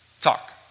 Talk